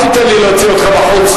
רק להתחנף, אל תיתן לי להוציא אותך החוצה.